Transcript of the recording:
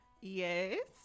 yes